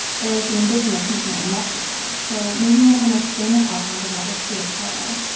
there was the indigenous movement in mexico. so maybe one of the most famous icons of that was frida kahlo.